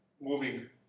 moving